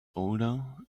older